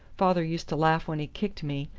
father used to laugh when he kicked me,